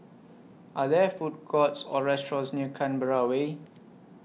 Are There Food Courts Or restaurants near Canberra Way